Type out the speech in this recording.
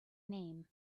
name